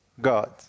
God